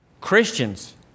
Christians